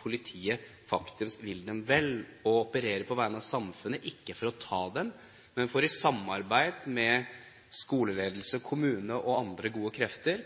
politiet faktisk vil dem vel og opererer på vegne av samfunnet, ikke for å ta dem, men for å skape en tryggest mulig skolehverdag i samarbeid med skoleledelse, kommune og andre gode krefter.